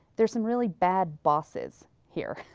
there is some really bad bosses here.